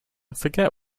forget